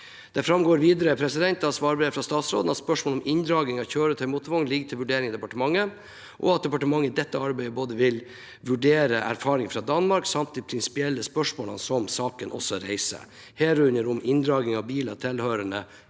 Det framgår videre av svarbrevet fra statsråden at spørsmålet om inndragning av kjøretøy/motorvogn ligger til vurdering i departementet, og at departementet i dette arbeidet vil vurdere både erfaringene fra Danmark og de prinsipielle spørsmålene som saken også reiser, herunder om inndragning av biler tilhørende